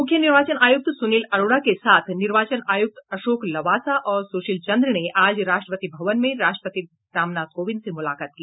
मुख्य निर्वाचन आयुक्त सुनील अरोड़ा के साथ निर्वाचन आयुक्त अशोक लवासा और सुशील चन्द्र ने आज राष्ट्रपति भवन में राष्ट्रपति रामनाथ कोविंद से मुलाकात की